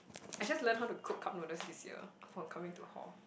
I just learn how to cook cup noodle this year before coming to home